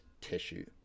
tissue